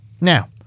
Now